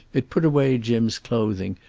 it put away jim's clothing,